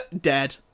Dead